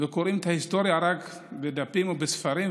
וקוראים את ההיסטוריה רק בדפים ובספרים,